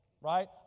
Right